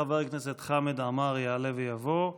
חבר הכנסת חמד עמאר יעלה ויבוא.